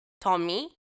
tommy